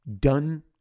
done